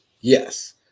yes